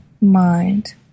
mind